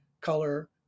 color